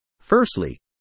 Firstly